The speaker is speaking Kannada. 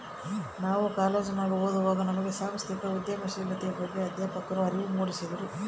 ನಾವು ಕಾಲೇಜಿನಗ ಓದುವಾಗೆ ನಮ್ಗೆ ಸಾಂಸ್ಥಿಕ ಉದ್ಯಮಶೀಲತೆಯ ಬಗ್ಗೆ ಅಧ್ಯಾಪಕ್ರು ಅರಿವು ಮೂಡಿಸಿದ್ರು